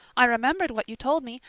i remembered what you told me,